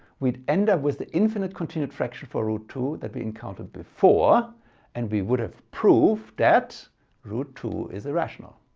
we'd end up with the infinite continued fraction for root two that we encountered before and we would have proved that root two is irrational.